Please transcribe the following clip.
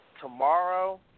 tomorrow